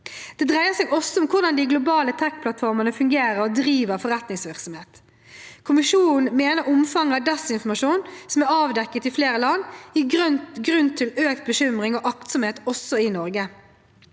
Det dreier seg også om hvordan de globale tek-plattformene fungerer og driver forretningsvirksomhet. Kommisjonen mener omfanget av desinformasjon som er avdekket i flere land, gir grunn til økt bekymring og aktsomhet også i Norge.